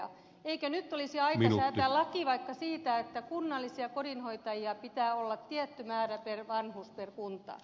eikö nyt olisi aika säätää laki vaikka siitä että kunnallisia kodinhoitajia pitää olla tietty määrä per vanhus per kunta